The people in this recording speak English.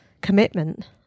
commitment